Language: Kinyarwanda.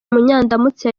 munyandamutsa